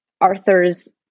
Arthur's